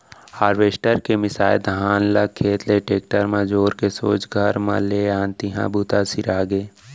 harvester के मिंसाए धान ल खेत ले टेक्टर म जोर के सोझ घर म ले आन तिहॉं बूता सिरागे